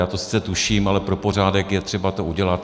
Já to sice tuším, ale pro pořádek je třeba to udělat.